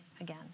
again